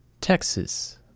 Texas